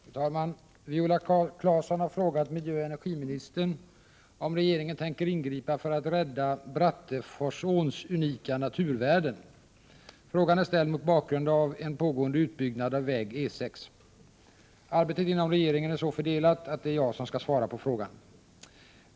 Fru talman! Viola Claesson har frågat miljöoch energiministern om regeringen tänker ingripa för att rädda Bratteforsåns unika naturvärden. Frågan är ställd mot bakgrund av en pågående utbyggnad av väg E 6. Arbetet inom regeringen är så fördelat att det är jag som skall svara på frågan.